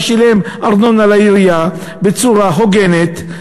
ששילם ארנונה לעירייה בצורה הוגנת,